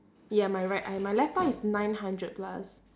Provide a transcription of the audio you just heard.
ya my right eye my left eye is nine hundred plus